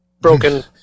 broken